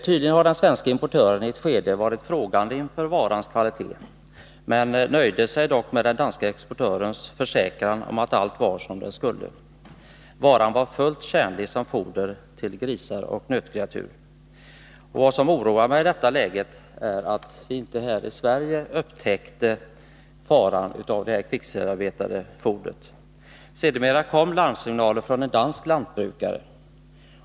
Tydligen har den svenske importören i ett skede varit osäker beträffande varans kvalitet, men importören har uppenbarligen nöjt sig med den danske exportörens försäkran om att allt var som det skulle. Varan var fullt tjänlig som foder till grisar och nötkreatur. Vad som oroar mig är att vi i Sverige inte genast upptäckte faran med det här kvicksilverbetade fodret. Sedermera kom larmsignaler från en dansk lantbrukare.